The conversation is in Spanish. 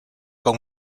con